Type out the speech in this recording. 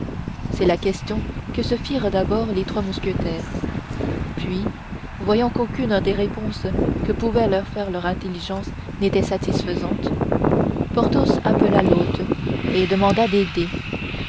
c'est la question que se firent d'abord les trois mousquetaires puis voyant qu'aucune des réponses que pouvait leur faire leur intelligence n'était satisfaisante porthos appela l'hôte et demanda